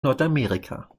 nordamerika